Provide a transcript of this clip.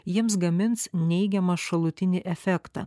jiems gamins neigiamą šalutinį efektą